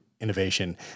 innovation